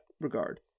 regard